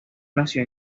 nació